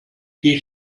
die